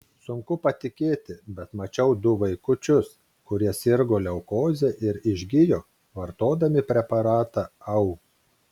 sunku patikėti bet mačiau du vaikučius kurie sirgo leukoze ir išgijo vartodami preparatą au